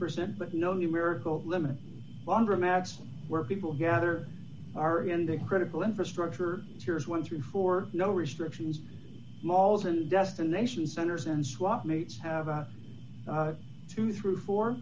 percent but no numerical limit laundromats where people gather are ending critical infrastructure here is one through four no restrictions malls and destination centers and swap meets have to through fo